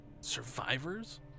survivors